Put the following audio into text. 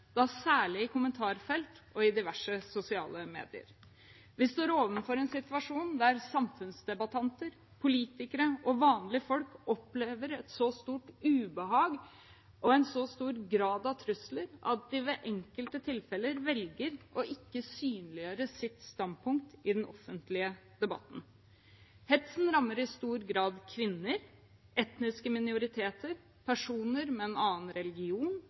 da særlig i kommentarfelt og diverse sosiale medier. Vi står overfor en situasjon der samfunnsdebattanter, politikere og vanlige folk opplever et så stort ubehag og en så stor grad av trusler at de i enkelte tilfeller velger å ikke synliggjøre sitt standpunkt i den offentlige debatten. Hetsen rammer i stor grad kvinner, etniske minoriteter, personer